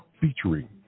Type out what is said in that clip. Featuring